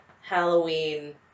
Halloween